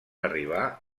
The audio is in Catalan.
arribar